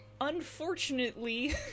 unfortunately